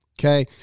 Okay